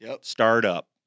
startup